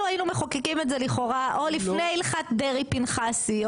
היינו מחוקקים את זה לכאורה עוד לפני הלכת דרעי פנחסי.